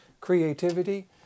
creativity